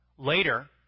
Later